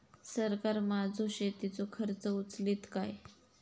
सरकार माझो शेतीचो खर्च उचलीत काय?